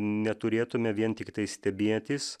neturėtume vien tiktai stebėtis